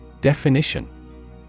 Definition